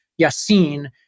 Yassin